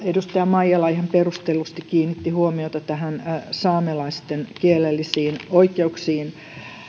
edustaja maijala ihan perustellusti kiinnitti huomiota saamelaisten kielellisiin oikeuksiin